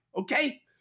okay